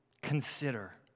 Consider